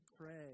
pray